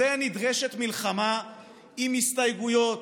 בשביל זה נדרשת מלחמה עם הסתייגויות,